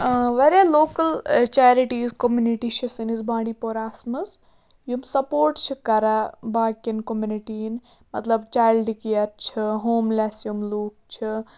واریاہ local charities community چھِ سٲنِس بانڈی پوراہَس منٛز یِم سَپوٹ چھِ کَران باقیَن کوٚمنِٹِیَن مطلب چایلڈٕ کِیَر چھِ ہوم لٮ۪س یِم لوٗکھ چھِ